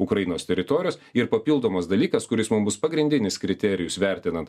ukrainos teritorijos ir papildomas dalykas kuris mum bus pagrindinis kriterijus vertinant